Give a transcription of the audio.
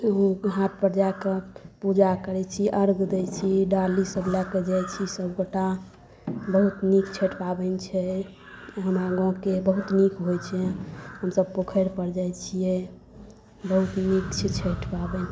घाटपर जा कऽ पूजा करै छी अर्घ्य दै छी डालीसब लऽ कऽ जाइ छी सबगोटा बहुत नीक छठि पाबनि छै हमरा गाँवके बहुत नीक होइत अछि हमसब पोखरिपर जाइ छिए बहुत नीक छै छठि पाबनि